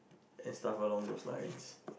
is stuff a long to slide